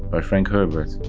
by frank herbert.